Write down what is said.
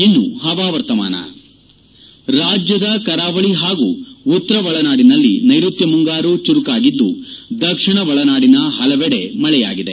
ಇನ್ನು ಹವಾವರ್ತಮಾನ ರಾಜ್ಯದ ಕರಾವಳಿ ಹಾಗೂ ಉತ್ತರ ಒಳನಾಡಿನಲ್ಲಿ ನೈಋತ್ಕ ಮುಂಗಾರು ಚುರುಕಾಗಿದ್ದು ದಕ್ಷಿಣ ಒಳನಾಡಿನ ಪಲವಡೆ ಮಳೆಯಾಗಿದೆ